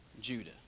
Judah